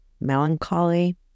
melancholy